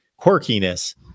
quirkiness